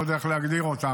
אני לא יודע איך להגדיר אותם.